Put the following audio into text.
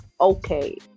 Okay